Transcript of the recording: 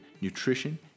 nutrition